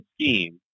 scheme